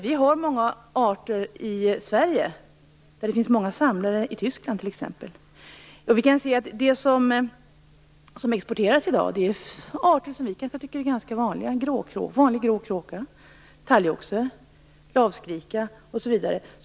Vi har många arter i Sverige som det t.ex. i Tyskland finns många som samlar på. Det som exporteras i dag är arter som vi kanske tycker är ganska vanliga, t.ex. vanlig grå kråka, talgoxe, lavskrika, osv.